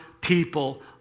people